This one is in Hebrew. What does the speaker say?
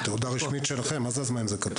תעודה רשמית שלכם, מה זה אז מה אם זה כתוב?